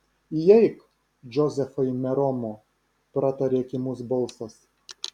įeik džozefai meromo pratarė kimus balsas